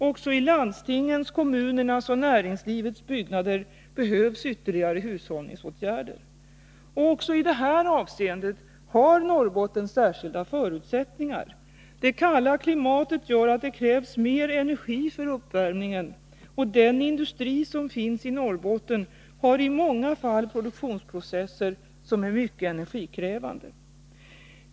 Också i landstingens, kommunernas och näringslivets byggnader behövs ytterligare hushållningsåtgärder. Också i detta avseende har Norrbotten särskilda förutsättningar. Det kalla klimatet gör att det krävs mer energi för uppvärmningen, och den industri som finns i Norrbotten har i många fall produktionsprocesser som är mycket energikrävande.